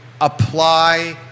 apply